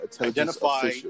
identify